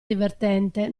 divertente